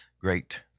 great